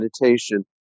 meditation